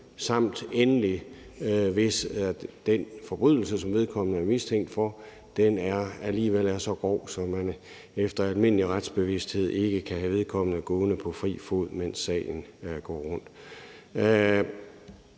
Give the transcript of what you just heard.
samt endelig, hvis den forbrydelse, som den pågældende er mistænkt for, alligevel er så grov, at man efter almindelig retsbevidsthed ikke kan have vedkommende gående på fri fod, mens sagen kører.